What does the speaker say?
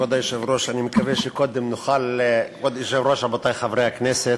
כבוד היושב-ראש, רבותי חברי הכנסת,